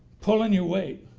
pulling your weight,